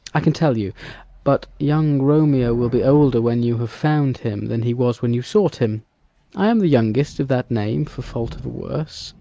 i can tell you but young romeo will be older when you have found him than he was when you sought him i am the youngest of that name, for fault of a worse.